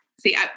see